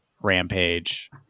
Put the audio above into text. Rampage